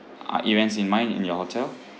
uh events in mind in your hotel